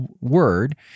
word